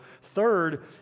Third